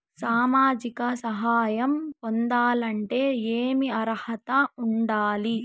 సామాజిక సహాయం పొందాలంటే ఏమి అర్హత ఉండాలి?